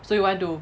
so you want to